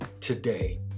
today